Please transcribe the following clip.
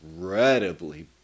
Incredibly